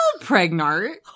pregnant